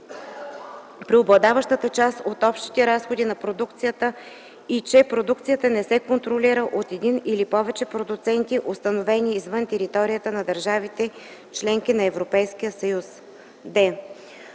преобладаващата част от общите разходи на продукцията и че продукцията не се контролира от един или повече продуценти, установени извън територията на държавите – членки на Европейския съюз; д)